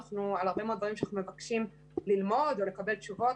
על הרבה מאוד דברים שאנחנו מבקשים ללמוד או לקבל תשובות,